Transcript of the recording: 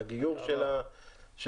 הגיור של המכשיר,